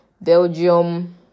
Belgium